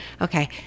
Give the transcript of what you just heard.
Okay